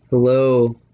Hello